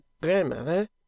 Grandmother